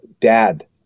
dad